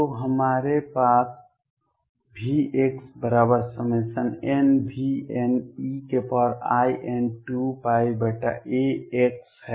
तो हमारे पास V बराबर nVnein2πax है